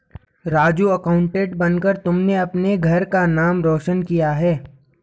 Raju accountant बनकर तुमने अपने घर का नाम रोशन किया है